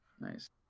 Nice